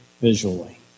visually